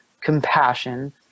compassion